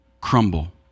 crumble